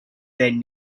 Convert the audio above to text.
then